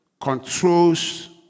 controls